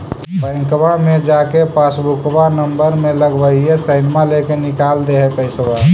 बैंकवा मे जा के पासबुकवा नम्बर मे लगवहिऐ सैनवा लेके निकाल दे है पैसवा?